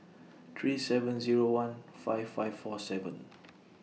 three seven Zero one five five four seven